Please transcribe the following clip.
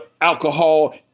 alcohol